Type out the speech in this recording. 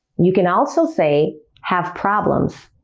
you can also say have problems.